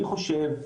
אני חושב,